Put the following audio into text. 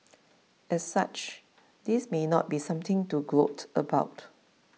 as such this may not be something to gloat about